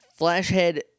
Flashhead